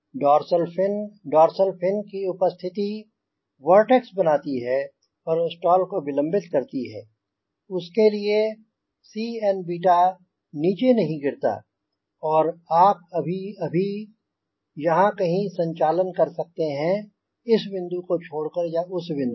dorsal fin dorsal fin की उपस्थिति vortex बनाती है और स्टॉल को विलंबित करती है और उसके लिए Cn नीचे नहीं गिरता और आप अभी अभी यहाँ कहीं संचालन कर सकते हैं इस बिंदु को छोड़कर या उस विंदु को